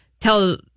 tell –